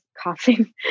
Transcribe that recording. coughing